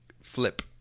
flip